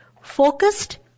focused